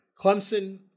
Clemson –